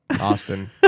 Austin